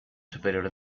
superior